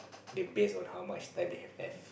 they base on how much time they have left